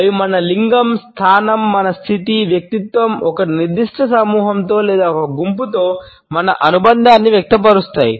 అవి మన లింగం స్థానం మన స్థితి వ్యక్తిత్వం మరియు ఒక నిర్దిష్ట సమూహంతో లేదా ఒక గుంపుతో మన అనుబంధాన్నివ్యక్త పరుస్తాయి